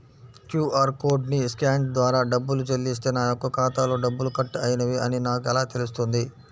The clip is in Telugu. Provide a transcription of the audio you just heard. క్యూ.అర్ కోడ్ని స్కాన్ ద్వారా డబ్బులు చెల్లిస్తే నా యొక్క ఖాతాలో డబ్బులు కట్ అయినవి అని నాకు ఎలా తెలుస్తుంది?